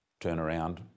turnaround